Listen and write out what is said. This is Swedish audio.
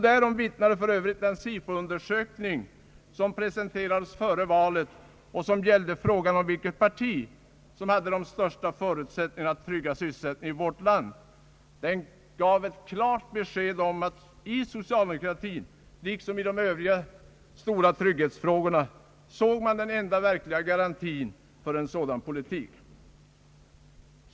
Därom vittnade för övrigt den Sifo-undersökning som presenterades före valet och som gällde frågan om vilket parti som hade de största förutsättningarna att trygga sysselsättningen i vårt land. Den gav ett klart besked om att man i socialdemokratin såg den enda verkliga garantin för en trygg sysselsättning liksom även för de övriga stora trygghetsfrågorna.